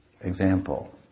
example